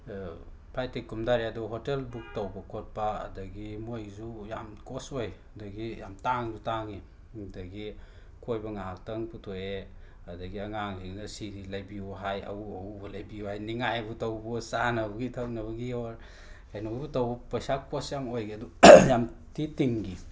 ꯐ꯭ꯂꯥꯏꯠꯇꯒꯤ ꯀꯨꯝꯊꯔꯦ ꯑꯗꯨꯒ hotel book ꯇꯧꯕ ꯈꯣꯠꯄ ꯑꯗꯒꯤ ꯃꯣꯏꯒꯤꯁꯨ ꯌꯥꯝ ꯀꯣꯁ ꯑꯣꯏ ꯑꯗꯒꯤ ꯌꯥꯝ ꯇꯥꯡꯁꯨ ꯇꯥꯡꯏ ꯑꯗꯒꯤ ꯀꯣꯏꯕ ꯉꯥꯏꯍꯥꯛꯇꯪ ꯄꯨꯊꯣꯛꯑꯦ ꯑꯗꯒꯤ ꯑꯉꯥꯡꯁꯤꯡꯗꯨꯅ ꯁꯤ ꯁꯤ ꯂꯩꯕꯤꯌꯨ ꯍꯥꯏ ꯑꯎ ꯑꯎꯕ ꯂꯩꯕꯤꯌꯣ ꯍꯥꯏ ꯅꯤꯡꯉꯥꯏꯕꯨ ꯇꯧꯕꯍꯣ ꯆꯥꯅꯕꯒꯤ ꯊꯛꯅꯕꯒꯤ ꯑꯣꯔ ꯀꯩꯅꯣꯕꯨ ꯇꯧꯕ ꯄꯩꯁꯥ ꯀꯣꯁ ꯌꯥꯝ ꯑꯣꯏꯈꯤ ꯑꯗꯨ ꯌꯥꯝ ꯊꯤ ꯇꯤꯡꯈꯤ